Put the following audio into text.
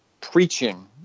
preaching